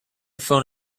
phone